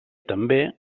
també